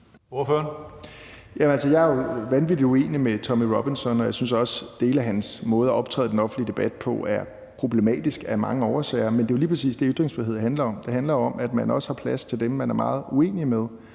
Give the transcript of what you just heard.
Jeg er jo vanvittig uenig med Tommy Robinson, og jeg synes også, at dele af hans måde at optræde på i den offentlige debat er problematisk af mange årsager. Men det er jo lige præcis det, som ytringsfrihed handler om. Det handler om, at der også er plads til dem, man er meget uenig med,